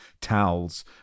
towels